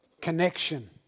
connection